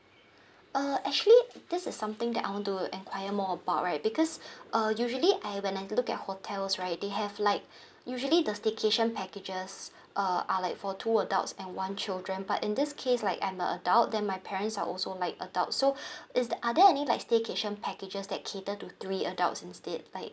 uh actually this is something that I want to enquire more about right because uh usually I when I look at hotels right they have like usually the staycation packages err are like for two adults and one children but in this case like I'm a adult then my parents are also like adults so is th~ are there any like staycation packages that cater to three adults instead like